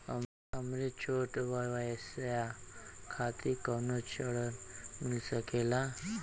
हमरे छोट व्यवसाय खातिर कौनो ऋण मिल सकेला?